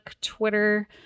Twitter